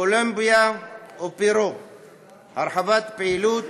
קולומביה ופרו, הרחבת פעילות